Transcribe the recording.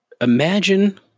Imagine